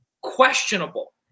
questionable